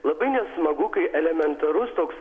labai nesmagu kai elementarus toks